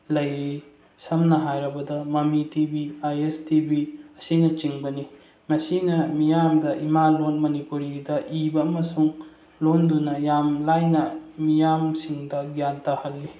ꯂꯩꯔꯤ ꯁꯝꯅ ꯍꯥꯏꯔꯕꯗ ꯃꯃꯤ T V I S T V ꯑꯁꯤꯅꯆꯤꯡꯕꯅꯤ ꯃꯁꯤꯅ ꯃꯤꯌꯥꯝꯗ ꯏꯃꯥꯂꯣꯟ ꯃꯅꯤꯄꯨꯔꯤꯗ ꯏꯕ ꯑꯃꯁꯨꯡ ꯂꯣꯟꯗꯨꯅ ꯌꯥꯝ ꯂꯥꯏꯅ ꯃꯤꯌꯥꯝꯁꯤꯡꯗ ꯒ꯭ꯌꯥꯟ ꯇꯥꯍꯜꯂꯤ